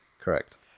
Correct